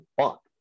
fuck